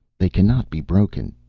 they cannot be broken,